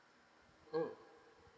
mm